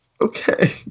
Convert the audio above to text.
okay